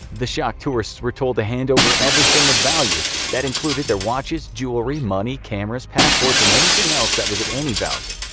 the shocked tourists were told to hand over everything of value. that included their watches, jewelry, money, cameras, passports, and anything else that was of any value.